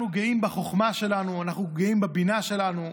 אנחנו גאים בחוכמה שלנו, אנחנו גאים בבינה שלנו,